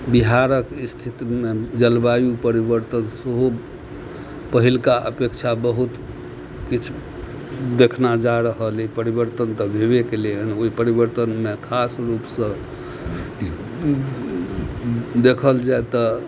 बिहारक स्थितिमे जलवायु परिवर्तन सेहो पहिलुका अपेक्षा बहुत किछु देखना जा रहल अछि परिवर्तन तऽ भेबे केलै हन ओहि परिवर्तनमे खास रूपसँ देखल जाए तऽ